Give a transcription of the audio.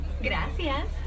Gracias